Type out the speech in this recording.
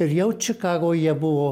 ir jau čikagoje buvo